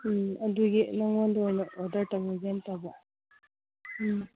ꯎꯝ ꯑꯗꯨꯒꯤ ꯅꯉꯣꯟꯗ ꯑꯣꯏꯅ ꯑꯣꯗꯔ ꯇꯧꯔꯒꯦꯅ ꯇꯧꯕ ꯎꯝ